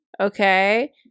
Okay